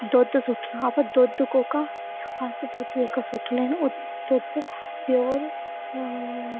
दुद्ध सु'ट्टना अबो दुद्ध गोका अस दुद्ध जेह्का सु'ट्टनें न दुद्ध प्योर